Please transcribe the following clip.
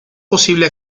posible